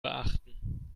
beachten